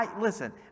Listen